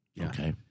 Okay